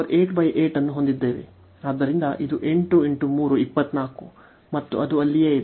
ಇಲ್ಲಿ ನಾವು ಅನ್ನು ಹೊಂದಿದ್ದೇವೆ ಆದ್ದರಿಂದ ಇದು 8 × 3 24 ಮತ್ತು ಅದು ಅಲ್ಲಿಯೇ ಇದೆ